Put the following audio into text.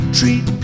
treat